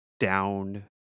Down